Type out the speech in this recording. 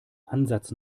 ansatz